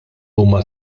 huma